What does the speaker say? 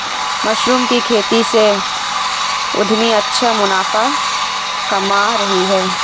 mushroom की खेती से उद्यमी अच्छा मुनाफा कमा रहे हैं